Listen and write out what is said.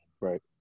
Right